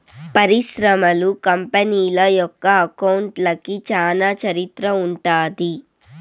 పరిశ్రమలు, కంపెనీల యొక్క అకౌంట్లకి చానా చరిత్ర ఉంటది